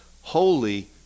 holy